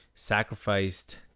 sacrificed